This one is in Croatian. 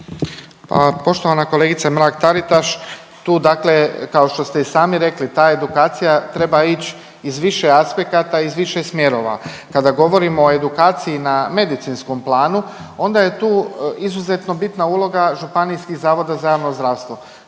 Pa poštovana kolegice Mrak-Taritiš, tu dakle kao što ste i sami rekli, ta edukacija treba ić iz više aspekata i iz više smjerova. Kada govorimo o edukaciji na medicinskom planu onda je tu izuzetno bitna uloga Županijskih zavoda za javno zdravstvo.